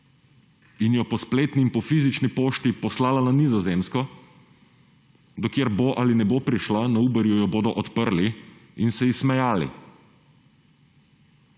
in jo po spletni in po fizični pošti poslala na Nizozemsko, do kjer bo ali ne bo prišla, na Uberju jo bodo odprli in se ji smejali.